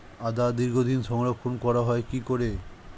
আদা দীর্ঘদিন সংরক্ষণ করা হয় কি করে?